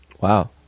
Wow